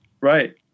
Right